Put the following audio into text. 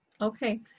Okay